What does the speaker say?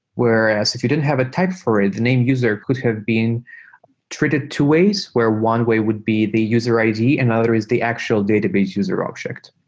whereas if you didn't have a type for it, the named user could have been treated two ways where one way would be the user id. another is the actual database user object.